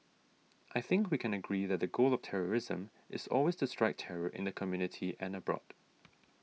I think we can agree that the goal of terrorism is always to strike terror in the community and abroad